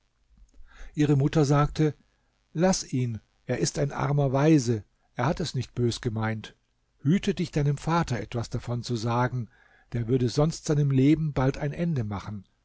ihre mutter sagte laß ihn er ist ein armer waise er hat es nicht bös gemeint hüte dich deinem vater etwas davon zu sagen der würde sonst seinem leben bald ein ende machen